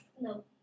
No